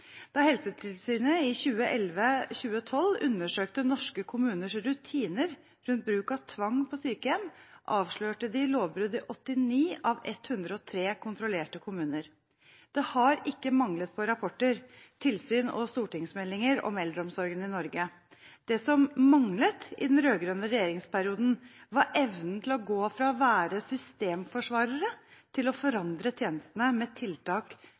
Da Helsetilsynet i 2011–2012 undersøkte norske kommuners rutiner rundt bruk av tvang på sykehjem, avslørte de lovbrudd i 89 av 103 kontrollerte kommuner. Det har ikke manglet på rapporter, tilsyn og stortingsmeldinger om eldreomsorgen i Norge. Det som manglet i den rød-grønne regjeringsperioden, var evnen til å gå fra å være systemforsvarere til å forandre tjenestene med tiltak